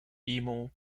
emo